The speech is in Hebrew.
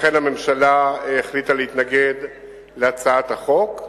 לכן הממשלה החליטה להתנגד להצעת החוק.